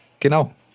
Genau